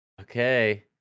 Okay